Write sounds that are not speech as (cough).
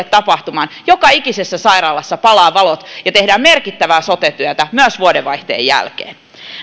(unintelligible) tapahtumaan joka ikisessä sairaalassa palaa valot ja tehdään merkittävää sote työtä myös vuodenvaihteen jälkeen